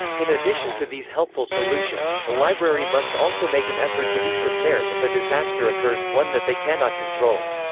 in addition to these helpful solutions, a library must also make an effort to be prepared if a disaster occurs, one that they cannot control.